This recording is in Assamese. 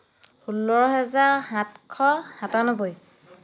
ষোল্ল হাজাৰ সাতশ সাতানব্বৈ